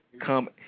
come